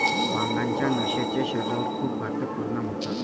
भांगाच्या नशेचे शरीरावर खूप घातक परिणाम होतात